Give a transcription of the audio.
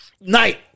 night